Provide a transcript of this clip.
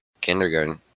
kindergarten